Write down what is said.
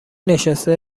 نشسته